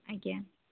ଆଜ୍ଞା